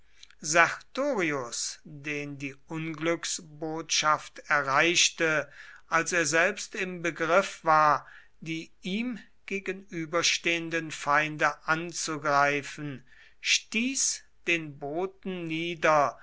sertorius den die unglücksbotschaft erreichte als er selbst im begriff war die ihm gegenüberstehenden feinde anzugreifen stieß den boten nieder